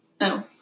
No